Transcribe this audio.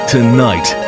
Tonight